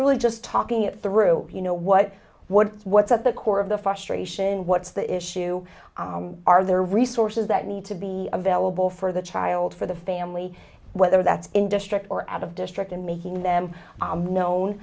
really just talking it through you know what what's what's at the core of the frustration what's the issue are there are resources that need to be available for the child for the family whether that's in district or out of district and making them i'm known